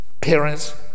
parents